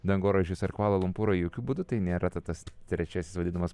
dangoraižius ar kvala lumpūrą jokiu būdu tai nėra tas trečiasis vadinamas